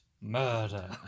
murder